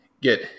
get